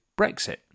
Brexit